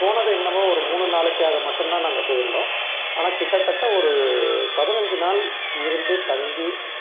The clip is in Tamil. போனது என்னவோ ஒரு மூணு நாளைக்காக மட்டும் தான் நாங்கள் போயிருந்தோம் ஆனால் கிட்டத்தட்ட ஒரு பதினஞ்சு நாள் இருந்து தங்கி